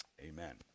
Amen